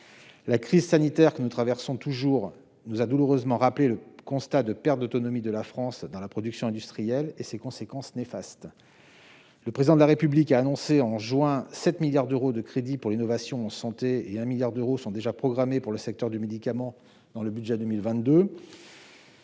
La crise sanitaire que nous traversons toujours nous a douloureusement rappelé le constat de perte d'autonomie de la France dans la production industrielle et ses conséquences néfastes. Le Président de la République a annoncé en juin 7 milliards d'euros de crédits pour l'innovation en santé, 1 milliard d'euros étant déjà programmés pour le secteur du médicament dans le budget 2022.